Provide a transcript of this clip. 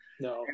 No